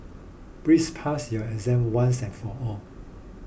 please pass your exam once and for all